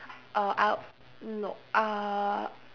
uh I'll no uh